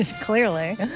Clearly